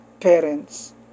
parents